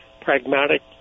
pragmatic